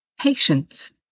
Patience